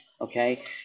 okay